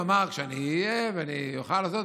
הוא אמר: כשאני אהיה ואני אוכל לעשות,